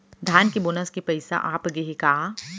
धान के बोनस के पइसा आप गे हे का?